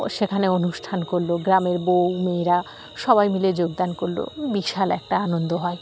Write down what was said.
সেখানে অনুষ্ঠান করলো গ্রামের বউ মেয়েরা সবাই মিলে যোগদান করলো বিশাল একটা আনন্দ হয়